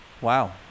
Wow